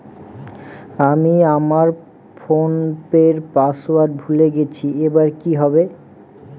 আমি আমার ফোনপের পাসওয়ার্ড ভুলে গেছি এবার কি হবে?